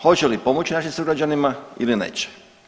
Hoće li pomoći našim sugrađanima ili neće?